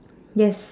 yes